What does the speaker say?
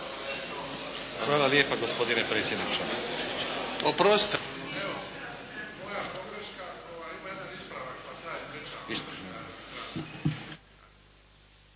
Hvala lijepa gospodine predsjedniče. Ustavni